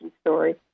story